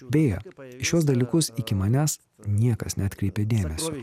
beje į šiuos dalykus iki manęs niekas neatkreipė dėmesio